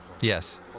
Yes